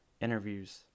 interviews